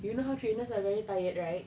do you know how trainers are very tired right